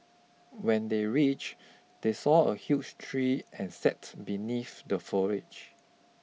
when they reach they saw a huge tree and sat beneath the foliage